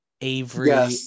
avery